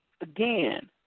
again